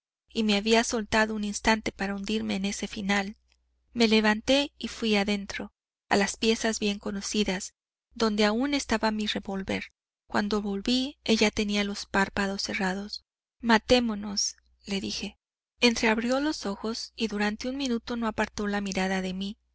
y me había soltado un instante para hundirme en ese final me levanté y fuí adentro a las piezas bien conocidas donde aún estaba mi revólver cuando volví ella tenía los párpados cerrados matémonos le dije entreabrió los ojos y durante un minuto no apartó la mirada de mí